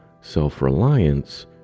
Self-reliance